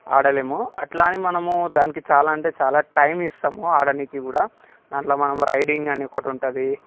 ఆడలేము అట్లా అని మనము దానికి చాలా అంటే చాలా టైమ్ ఇస్తము ఆడనీకి కూడా దాంట్లో మనకి రైడింగ్ అని ఒకటి ఉంటుంది